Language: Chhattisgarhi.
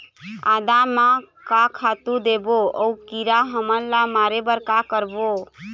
आदा म का खातू देबो अऊ कीरा हमन ला मारे बर का करबो?